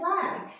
flag